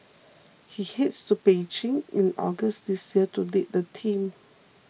he heads to Beijing in August this year to lead the team